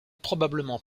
probablement